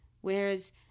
Whereas